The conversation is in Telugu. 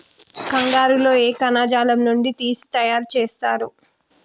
కంగారు లో ఏ కణజాలం నుండి తీసి తయారు చేస్తారు?